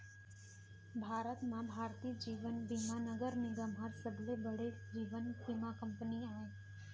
भारत म भारतीय जीवन बीमा निगम हर सबले बड़े जीवन बीमा कंपनी आय